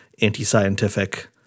anti-scientific